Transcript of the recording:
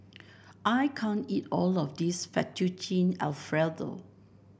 I can't eat all of this Fettuccine Alfredo